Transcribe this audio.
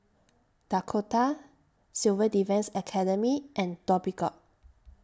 Dakota Civil Defence Academy and Dhoby Ghaut